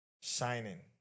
Shining